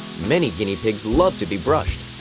many guinea pigs love to be brushed.